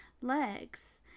legs